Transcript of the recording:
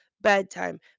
bedtime